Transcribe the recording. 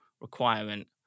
requirement